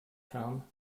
come